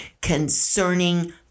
concerning